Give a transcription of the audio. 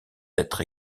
être